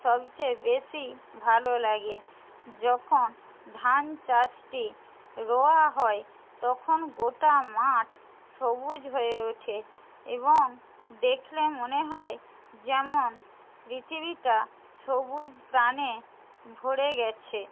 সবচেয়ে বেশি ভালো লাগে যখন ধান চাষটি রোয়া হয় তখন গোটা মাঠ সবুজ হয়ে ওঠে এবং দেখলে মনে হয় যেমন পৃথিবীটা সবুজ প্রাণে ভরে গেছে